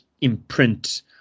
imprint